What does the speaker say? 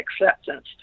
acceptance